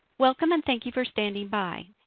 welcome and thank you for standing by.